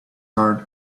heart